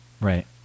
Right